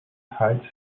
heights